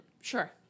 Sure